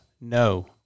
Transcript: no